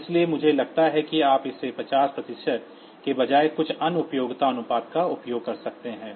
इसलिए मुझे लगता है कि आप इसे 50 प्रतिशत के बजाय कुछ अन्य उपयोगिता अनुपात का उपयोग कर सकते हैं